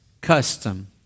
custom